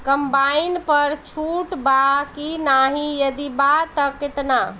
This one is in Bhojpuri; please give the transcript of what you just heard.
कम्बाइन पर छूट बा की नाहीं यदि बा त केतना?